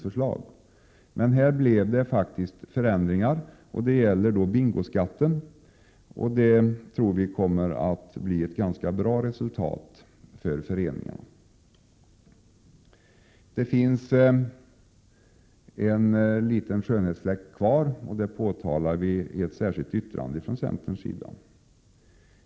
Men i det här fallet gjordes faktiskt förändringar. De gäller bingoskatten, och vi tror att resultatet kommer att bli ganska bra för föreningarna. Det finns kvar en liten skönhetsfläck, som vi från centern påtalar i ett särskilt yttrande.